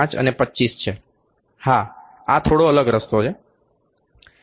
5 અને 25 છે હા આ થોડો અલગ રસ્તો છે